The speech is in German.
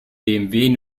bmw